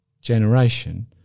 generation